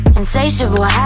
Insatiable